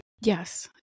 Yes